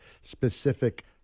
specific